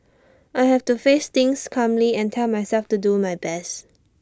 I have to face things calmly and tell myself to do my best